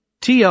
TR